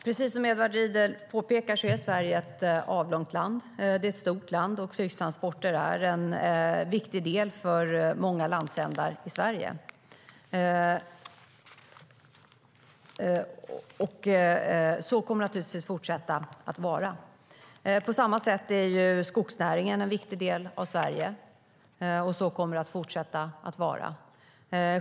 Fru talman! Precis som Edward Riedl påpekar är Sverige ett stort och avlångt land. Flygtransporter är en viktig del för många landsändar i Sverige, och så kommer det givetvis att fortsätta vara. På samma sätt är skogsnäringen en viktig del av Sverige, och så kommer det att fortsätta vara.